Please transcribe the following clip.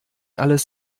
alles